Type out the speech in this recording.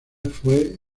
fue